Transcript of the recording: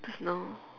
just now